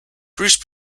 bruce